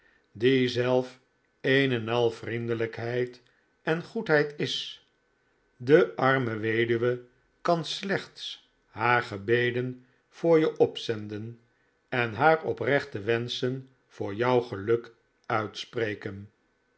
die zelf een en al vriendelijkheid en goedheid is de arme weduwe kan slechts haar gebeden voor je opzenden en haar oprechte wenschen voor jouw geluk uitspreken